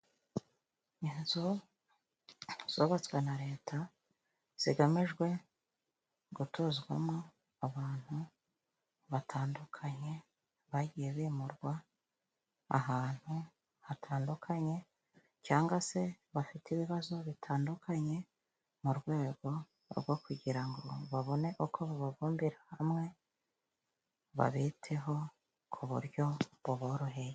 Inzu zubatswe na Leta, zigamijwe gutuzwamo abantu batandukanye bagiye bimurwa ahantu hatandukanye, cyangwa se bafite ibibazo bitandukanye, mu rwego rwo kugira ngo babone uko bababumbira hamwe babiteho ku buryo buboroheye.